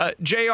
JR